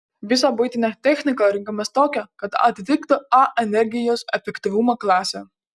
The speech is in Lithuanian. visą buitinę techniką rinkomės tokią kad atitiktų a energijos efektyvumo klasę